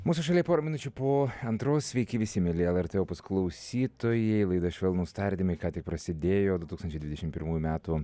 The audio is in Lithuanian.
mūsų šalyje pora minučių po antros sveiki visi mieli lrt opus klausytojai laida švelnūs tardymai ką tik prasidėjo du tūkstančiai dvidešimt pirmų metų